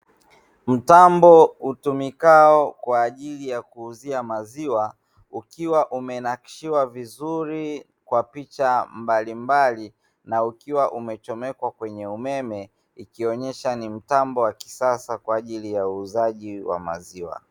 Mtambo utumikao kwa ajili ya kuuzia maziwa, ukiwa umenakishiwa vizuri kwa picha mbalimbali na ukiwa umechomekwa kwenye umeme, ukionyesha ni mtambo wa kisasa kwa ajili ya uuzaji wa maziwa.